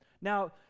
Now